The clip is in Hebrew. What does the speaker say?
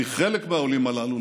כי חלק מהעולים הללו,